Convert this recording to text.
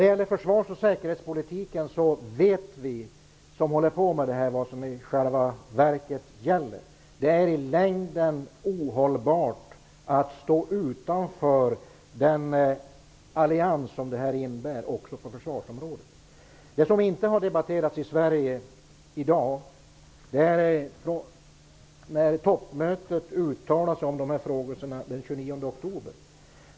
I fråga om försvars och säkerhetspolitiken vet vi som håller på med dessa frågor vad det i själva verket är som gäller. Det är i längden ohållbart att stå utanför den allians som detta innebär också på försvarsområdet. Det som inte har debatterats i Sverige i dag är de uttalanden som gjordes vid toppmötet den 29 oktober.